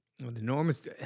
enormous